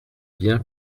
bien